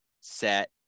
set